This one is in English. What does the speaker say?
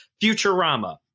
Futurama